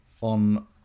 on